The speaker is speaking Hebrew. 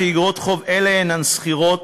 מכיוון שאיגרות חוב אלה אינן סחירות,